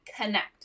connect